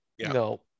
No